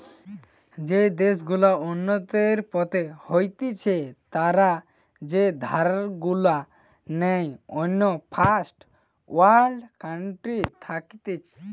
যেই দেশ গুলা উন্নতির পথে হতিছে তারা যে ধার গুলা নেই অন্য ফার্স্ট ওয়ার্ল্ড কান্ট্রি থাকতি